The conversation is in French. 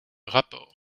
rapport